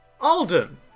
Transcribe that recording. Alden